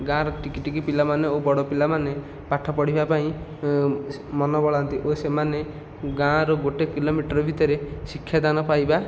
ଗାଁର ଟିକି ଟିକି ପିଲାମାନେ ଓ ବଡ଼ ପିଲାମାନେ ପାଠ ପଢ଼ିବା ପାଇଁ ମନ ବଳାନ୍ତି ଓ ସେମାନେ ଗାଁର ଗୋଟିଏ କିଲୋମିଟର ଭିତରେ ଶିକ୍ଷାଦାନ ପାଇବା